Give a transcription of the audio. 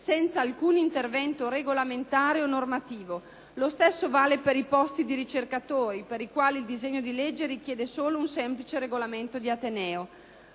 senza alcun intervento regolamentare o normativo. Lo stesso vale per i posti da ricercatore, per i quali il disegno di legge richiede solo un semplice regolamento di ateneo.